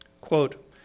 Quote